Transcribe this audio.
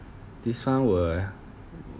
this one will